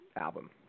album